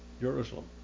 Jerusalem